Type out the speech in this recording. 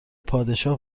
پادشاه